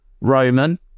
Roman